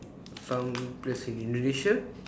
some place in Indonesia